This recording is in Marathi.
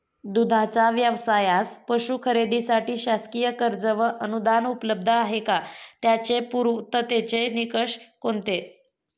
दूधाचा व्यवसायास पशू खरेदीसाठी शासकीय कर्ज व अनुदान उपलब्ध आहे का? त्याचे पूर्ततेचे निकष कोणते?